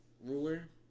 ruler